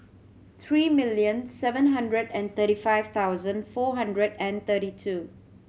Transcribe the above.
three million seven hundred and thirty five thousand four hundred and thirty two